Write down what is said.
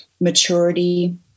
maturity